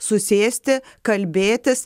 susėsti kalbėtis